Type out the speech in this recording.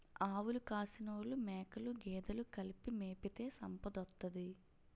ఆవులు కాసినోలు మేకలు గేదెలు కలిపి మేపితే సంపదోత్తది